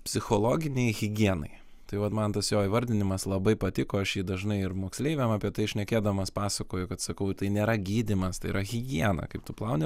psichologinei higienai tai vat man tas jo įvardinimas labai patiko aš jį dažnai ir moksleiviam apie tai šnekėdamas pasakoju kad sakau tai nėra gydymas tai yra higiena kaip tu plauni